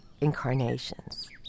incarnations